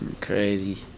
Crazy